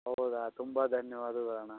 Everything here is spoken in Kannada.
ಹೌದಾ ತುಂಬ ಧನ್ಯವಾದಗಳು ಅಣ್ಣ